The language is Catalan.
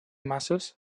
masses